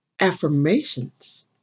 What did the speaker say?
Affirmations